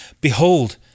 Behold